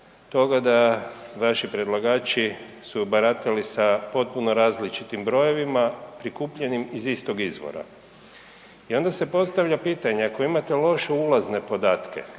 toga da vaši predlagači su baratali sa potpuno različitim brojevima prikupljenim iz istog izvora. I onda se postavlja pitanje ako imate loše ulazne podatke,